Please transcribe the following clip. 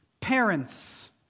Parents